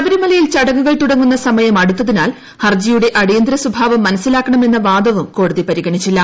ശബരിമലയിൽ ചടങ്ങുകൾ തുടങ്ങുന്ന സമയം അടുത്തതിനാൽ ഹർജിയുടെ സ്വഭാവം മനസ്സിലാക്കണമെന്ന വാദവും കോടതി പരിഗണിച്ചില്ല